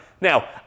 Now